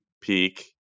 peak